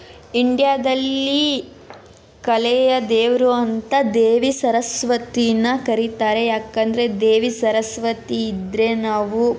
ಇಂಡ್ಯಾದಲ್ಲಿ ಕಲೆಯ ದೇವರು ಅಂತ ದೇವಿ ಸರಸ್ವತಿನ ಕರೀತಾರೆ ಯಾಕಂದರೆ ದೇವಿ ಸರಸ್ವತಿ ಇದ್ದರೆ ನಾವು